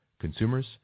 consumers